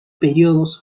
periodos